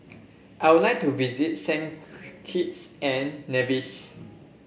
I would like to visit Saint Kitts and Nevis